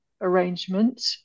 arrangement